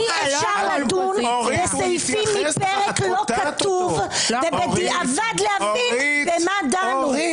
אי אפשר לדון בסעיפים מפרק לא כתוב ובדיעבד להבין במה דנו.